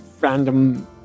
random